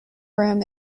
room